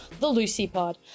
thelucypod